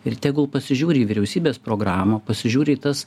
ir tegul pasižiūri į vyriausybės programą pasižiūri į tas